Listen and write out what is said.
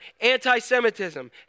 anti-Semitism